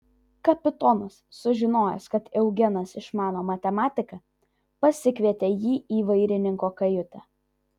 kapitonas sužinojęs kad eugenas išmano matematiką pasikvietė jį į vairininko kajutę